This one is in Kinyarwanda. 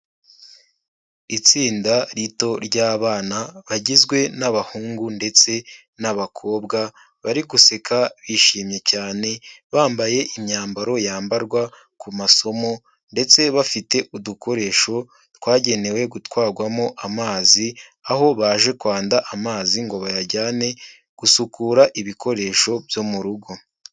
Itsinda rito ry'abana bagizwe n'abahungu ndetse n'abakobwa, bari guseka bishimye cyane, bambaye imyambaro yambarwa ku masomo ndetse bafite udukoresho twagenewe gutwarwamo amazi, aho baje kwanda amazi ngo bayajyane gusukura ibikoresho byo mu rugo.